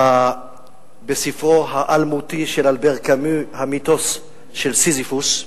בספרו האלמותי של אלבר קאמי, "המיתוס של סיזיפוס",